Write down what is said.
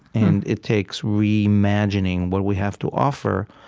and it takes reimagining what we have to offer